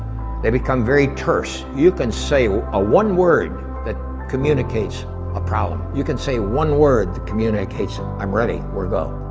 they become very terse. you've been ah one word that communicates a problem. you can say one word, that communication i'm ready, we're a go.